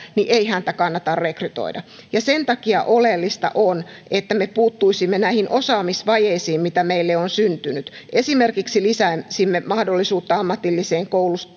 ei häntä kannata rekrytoida sen takia oleellista on että me puuttuisimme näihin osaamisvajeisiin mitä meille on syntynyt esimerkiksi lisäisimme mahdollisuutta ammatilliseen